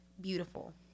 beautiful